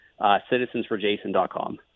citizensforjason.com